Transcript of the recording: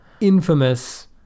infamous